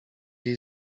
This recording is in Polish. jej